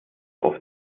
oft